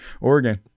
Oregon